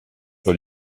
sur